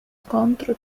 scontro